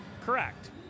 Correct